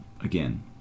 Again